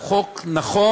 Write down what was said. הוא חוק נכון.